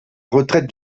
retraite